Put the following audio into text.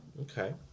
Okay